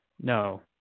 No